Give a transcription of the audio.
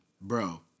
bro